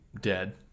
dead